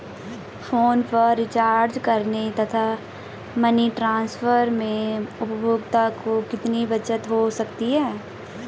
Phone पर recharge करने तथा मनी ट्रांसफर में उपभोक्ता को कितनी बचत हो सकती है?